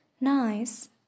Nice